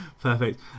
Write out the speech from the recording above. perfect